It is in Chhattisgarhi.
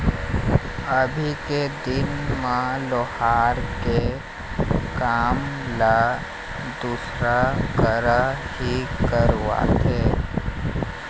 अइसे कोनो मनखे नइ होही जेन लोहार के काम ल दूसर करा करवात होही